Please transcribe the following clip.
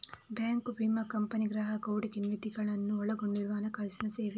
bank, ವಿಮಾ company, ಗ್ರಾಹಕ ಹೂಡಿಕೆ ನಿಧಿಗಳನ್ನು ಒಳಗೊಂಡಿರುವ ಹಣಕಾಸಿನ ಸೇವೆ